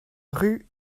rue